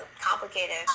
complicated